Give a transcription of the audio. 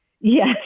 Yes